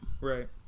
Right